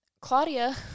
Claudia